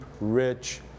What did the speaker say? rich